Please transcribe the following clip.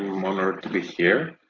am honored to be here.